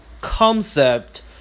concept